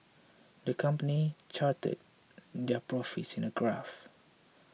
the company charted their profits in a graph